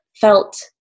felt